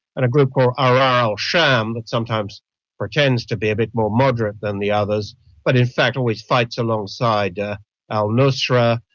and a group called ah ahrar al-sham that sometimes pretends to be a bit more moderate than the others but in fact always fights alongside ah al-nusra,